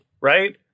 right